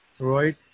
right